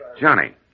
Johnny